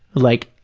like,